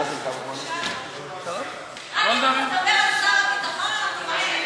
רק אם תדבר על שר הביטחון אנחנו מקשיבים לך.